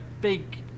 big